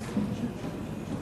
נתקבלה.